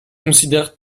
considèrent